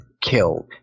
killed